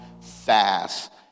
Fast